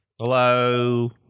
hello